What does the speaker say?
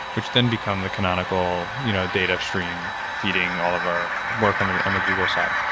which then become the canonical you know data stream feeding all of our work on ah on the google side.